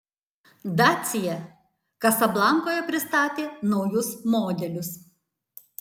dacia kasablankoje pristatė naujus modelius